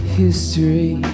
history